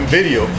video